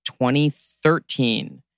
2013